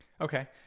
Okay